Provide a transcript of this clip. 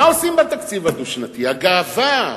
מה עושים בתקציב הדו-שנתי, הגאווה,